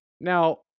Now